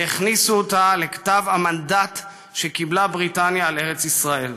והכניסו אותה לכתב המנדט שקיבלה בריטניה על ארץ ישראל.